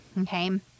okay